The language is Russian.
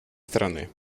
стороны